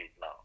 now